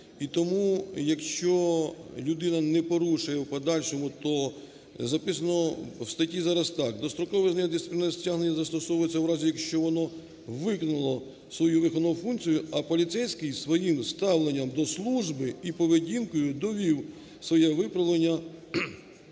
І тому, якщо людина не порушує в подальшому, то записано в статті зараз так: дострокове зняття дисциплінарного стягнення застосовується у разі, якщо воно виконало свою виховну функцію, а поліцейський своїм ставлення до служби і поведінкою довів своє виправлення.